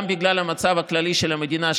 גם בגלל המצב הכללי של המדינה,